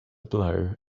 blow